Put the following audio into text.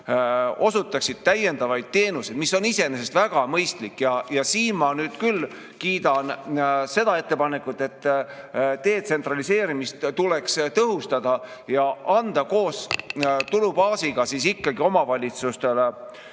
osutaksid täiendavaid teenuseid. See on iseenesest väga mõistlik. Siin ma nüüd küll kiidan seda ettepanekut, et detsentraliseerimist tuleks tõhustada ja anda koos tulubaasiga ikkagi omavalitsustele